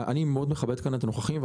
אני מכבד מאוד את הנוכחים כאן.